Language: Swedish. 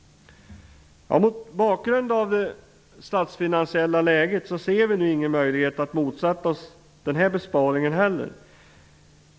Mot bakgrund av det statsfinansiella läget ser vi nu ingen möjlighet att motsätta oss den här besparingen heller.